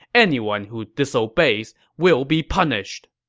anyone who disobeys will be punished!